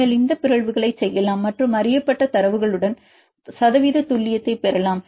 நீங்கள் இந்த பிறழ்வுகளைச் செய்யலாம் மற்றும் அறியப்பட்ட தரவுகளுடன் சதவீத துல்லியத்தைப் பெறலாம்